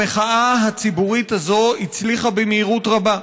המחאה הציבורית הזאת הצליחה במהירות רבה.